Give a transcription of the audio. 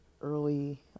early